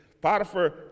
Potiphar